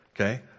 okay